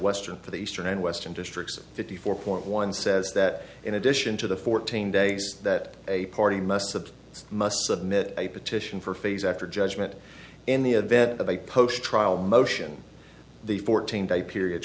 western for the eastern and western districts fifty four point one says that in addition to the fourteen days that a party most of us must submit a petition for phase after judgment in the event of a post trial motion the fourteen day period